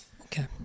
Okay